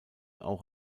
auch